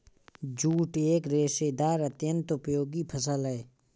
jute एक रेशेदार अत्यन्त उपयोगी फसल है